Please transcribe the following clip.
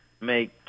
make